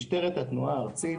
משטרת התנועה הארצית